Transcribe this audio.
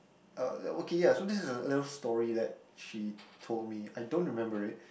uh okay ya so this is a little story that she told me I don't remember it